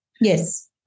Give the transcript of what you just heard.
Yes